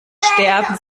sterben